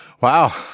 Wow